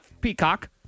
peacock